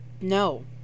No